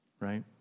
Right